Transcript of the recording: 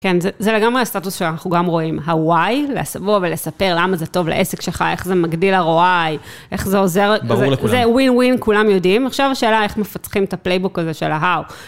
כן, זה לגמרי הסטטוס שאנחנו גם רואים, ה-why, לבוא ולספר למה זה טוב לעסק שלך, איך זה מגדיל הROI, איך זה עוזר, זה ווין ווין, כולם יודעים. עכשיו השאלה, איך מפצחים את הפלייבוק הזה של הhow.